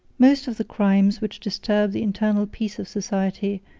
most of the crimes which disturb the internal peace of society,